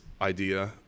idea